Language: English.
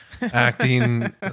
acting